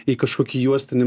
į kažkokį juostinį